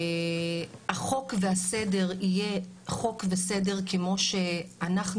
החוק והסדר יהיה חוק וסדר כמו שאנחנו,